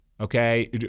okay